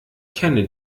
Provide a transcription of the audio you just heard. kenne